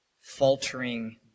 faltering